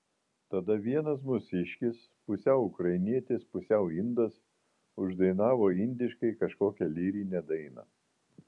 tada vienas mūsiškis pusiau ukrainietis pusiau indas uždainavo indiškai kažkokią lyrinę dainą